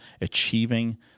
achieving